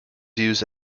used